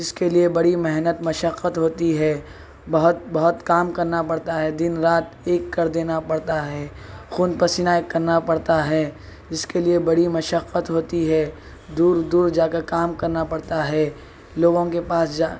جس کے لیے بڑی محنت مشقت ہوتی ہے بہت بہت کام کرنا پڑتا ہے دن رات ایک کر دینا پڑتا ہے خون پسینہ ایک کرنا پڑتا ہے جس كے ليے بڑى مشقّت ہوتى ہے دور دور جا کر کام كرنا پڑتا ہے لوگوں کے پاس جا